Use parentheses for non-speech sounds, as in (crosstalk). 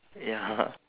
ya (laughs)